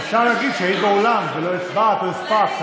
אם היית באולם ולא הצבעת או לא הספקת,